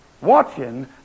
watching